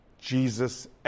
Jesus